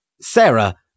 Sarah